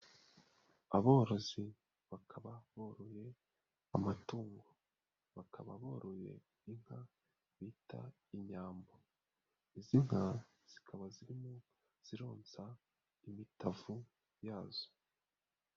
Aborozi bakaba boroye amatungo, bakaba boroye inka bita inyambo, izi nka zikaba zirimo zironsa imitavu yazo.